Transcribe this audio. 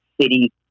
city